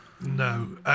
No